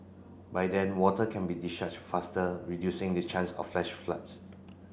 by then water can be discharged faster reducing the chance of flash floods